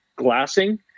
glassing